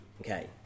Okay